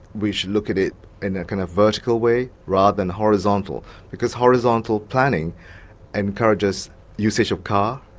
we should look at it in a kind of vertical way, rather than horizontal, because horizontal planning encourages usage of cars,